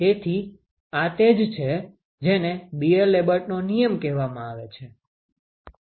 તેથી આ તે જ છે જેને બીઅર લેમ્બર્ટનો નિયમ કહેવામાં આવે છે